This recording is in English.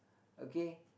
okay